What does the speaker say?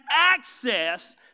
access